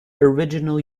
original